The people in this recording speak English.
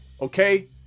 Okay